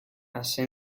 así